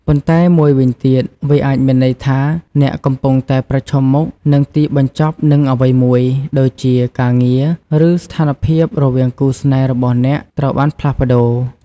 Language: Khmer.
ប៉ុន្តែមួយវិញទៀត វាអាចមានន័យថា អ្នកកំពុងតែប្រឈមមុខ នឹងទីបញ្ចប់នឹងអ្វីមួយ ដូចជា ការងារ ឬស្ថានភាពរវាងគូស្នេហ៍របស់អ្នកត្រូវបានផ្លាស់ប្តូរ។